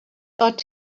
ought